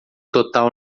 total